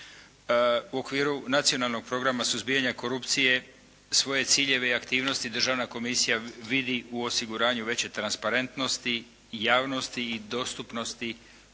U okviru Nacionalnog programa suzbijanja korupcije svoje ciljeve i aktivnosti državna komisija vidi u osiguranju veće transparentnosti javnosti i dostupnosti